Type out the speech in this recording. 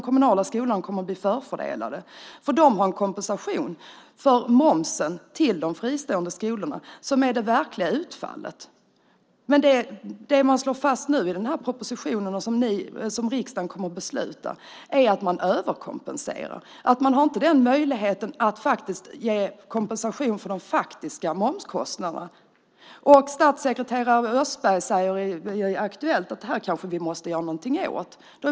Kommunen ger nämligen kompensation för momsen till de fristående skolorna, det verkliga utfallet. Det som nu slås fast i propositionen, och som riksdagen kommer att fatta beslut om, är att man överkompenserar, att man inte har möjlighet att ge kompensation för de faktiska momskostnaderna. Statssekreterare Östberg säger i tv:s Aktuellt att vi kanske måste göra någonting åt det.